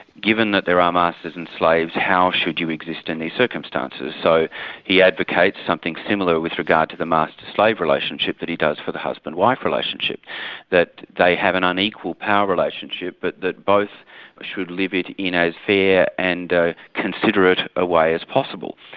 given that there um are masters and slaves, how should you exist in these circumstances? so he advocates something similar with regard to the master-slave relationship that he does for the husband wife relationship that they have an unequal power relationship but that both should live it in as fair and considerate a way as possible.